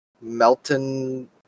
Melton